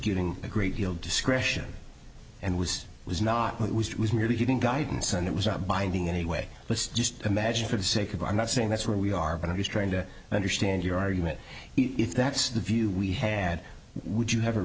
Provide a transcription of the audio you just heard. getting a great deal of discretion and was was not what was it was merely giving guidance and it was a binding anyway but just imagine for the sake of i'm not saying that's where we are but i'm just trying to understand your argument if that's the view we had would you have a